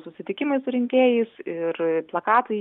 susitikimai su rinkėjais ir plakatai